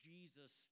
Jesus